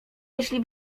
jeśli